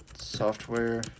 software